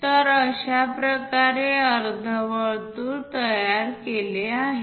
तर अशा प्रकारे अर्धवर्तुळ तयार केले आहे